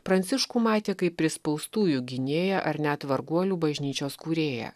pranciškų matė kaip prispaustųjų gynėją ar net varguolių bažnyčios kūrėją